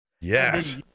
yes